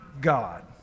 God